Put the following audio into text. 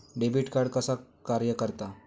Debit card कसा कार्य करता?